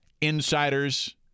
insiders